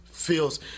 Feels